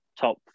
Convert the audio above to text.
top